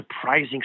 surprising